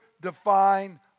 define